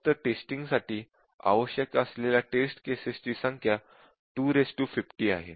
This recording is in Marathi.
फक्त टेस्टिंगसाठी आवश्यक असलेल्या टेस्ट केसेस ची संख्या 250 आहे